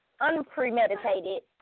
unpremeditated